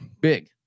big